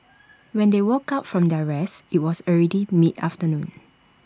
when they woke up from their rest IT was already mid afternoon